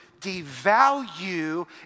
devalue